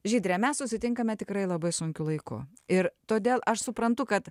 žydre mes susitinkame tikrai labai sunkiu laiku ir todėl aš suprantu kad